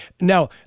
now